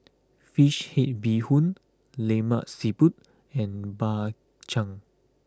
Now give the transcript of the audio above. Fish Head Bee Hoon Lemak Siput and Bak Chang